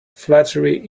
flattery